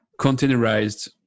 containerized